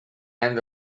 end